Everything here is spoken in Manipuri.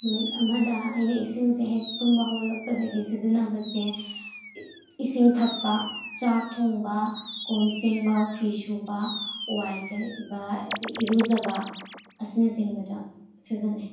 ꯅꯨꯃꯤꯠ ꯑꯃꯗ ꯑꯩꯅ ꯏꯁꯤꯡꯁꯦ ꯍꯦꯛ ꯇꯨꯝꯕ ꯍꯧꯒꯠꯂꯛꯄꯗꯒꯤ ꯁꯤꯖꯤꯟꯅꯕꯁꯦ ꯏꯁꯤꯡ ꯊꯛꯄ ꯆꯥꯛ ꯊꯣꯡꯕ ꯀꯣꯟ ꯐꯦꯡꯕ ꯐꯤꯁꯨꯕ ꯋꯥꯏ ꯇꯩꯕ ꯑꯗꯩ ꯏꯔꯨꯖꯕ ꯑꯁꯤꯅꯆꯤꯡꯕꯗ ꯁꯤꯖꯤꯟꯅꯩ